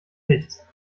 nichts